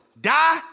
Die